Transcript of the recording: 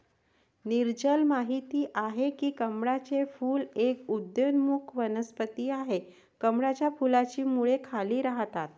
नीरजल माहित आहे की कमळाचे फूल एक उदयोन्मुख वनस्पती आहे, कमळाच्या फुलाची मुळे खाली राहतात